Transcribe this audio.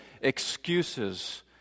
excuses